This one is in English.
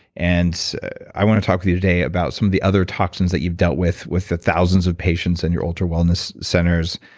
and i want to talk with you today about some of the other toxins that you've dealt with, with the thousands of patients in your ultra wellness centers.